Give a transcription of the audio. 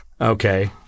Okay